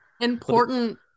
Important